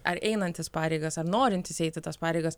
ar einantis pareigas ar norintis eiti tas pareigas